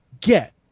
get